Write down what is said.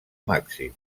màxim